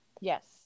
Yes